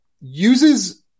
uses